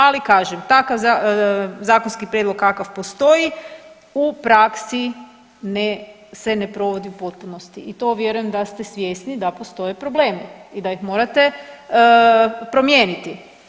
Ali kažem takav zakonski prijedlog kakav postoji u praksi se ne provodi u potpunosti i to vjerujem da ste svjesni da postoje problemi i da ih morate promijeniti.